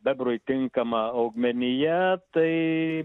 bebrui tinkama augmenija tai